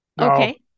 okay